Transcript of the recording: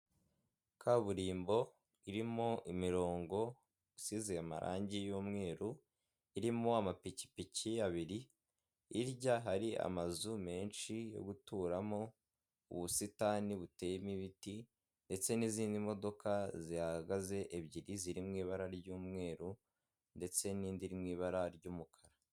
Kaburimbo irimo imirongo Isize amarangi y'umweru, irimo amapikipiki abiri, hirya hari amazu menshi yo guturamo, ubusitani buteyemo ibiti, ndetse n'izindi modoka zihagaze ebyiri ziri mu ibara ry'umweru, ndetse n'indi iri mu ibara ry'umukara.